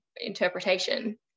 interpretation